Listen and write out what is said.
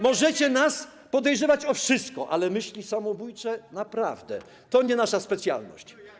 Możecie nas podejrzewać o wszystko, ale myśli samobójcze to naprawdę nie nasza specjalność.